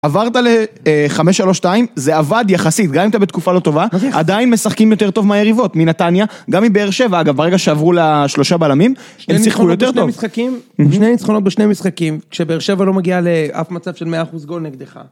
עברת לחמש, שלוש, שתיים, זה עבד יחסית, גם אם אתה בתקופה לא טובה, עדיין משחקים יותר טוב מהיריבות. מנתניה, גם אם באר שבע, אגב, ברגע שעברו לשלושה בעלמים, הם יצליחו יותר טוב. שני ניצחונות בשני משחקים, כשבאר שבע לא מגיעה לאף מצב של מאה אחוז גול נגדך.